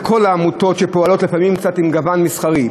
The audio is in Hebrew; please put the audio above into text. לא כל העמותות שפועלות לפעמים קצת עם גוון מסחרי.